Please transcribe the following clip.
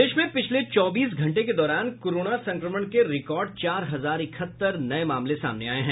प्रदेश में पिछले चौबीस घंटे के दौरान कोरोना संक्रमण के रिकॉर्ड चार हजार इकहत्तर नये मामले सामने आये हैं